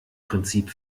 prinzip